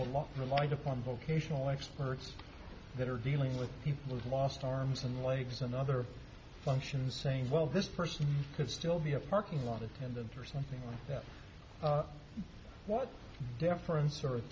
law relied upon vocational experts that are dealing with people who've lost arms and legs and other functions saying well this person could still be a parking lot attendant or something like that what they're for and sort of